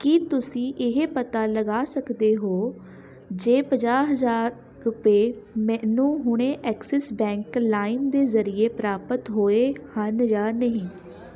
ਕੀ ਤੁਸੀਂ ਇਹ ਪਤਾ ਲਗਾ ਸਕਦੇ ਹੋ ਜੇ ਪੰਜਾਹ ਹਜ਼ਾਰ ਰੁਪਏ ਮੈਨੂੰ ਹੁਣੇ ਐਕਸਿਸ ਬੈਂਕ ਲਾਇਮ ਦੇ ਜ਼ਰੀਏ ਪ੍ਰਾਪਤ ਹੋਏ ਹਨ ਜਾਂ ਨਹੀਂ